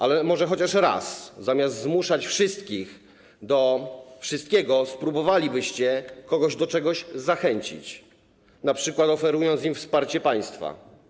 Ale może chociaż raz, zamiast zmuszać wszystkich do wszystkiego, spróbowalibyście kogoś do czegoś zachęcić, np. oferując wsparcie państwa?